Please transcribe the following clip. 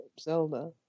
Zelda